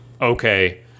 Okay